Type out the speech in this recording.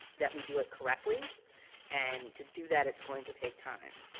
that we do it correctly and to do that it's going to take time.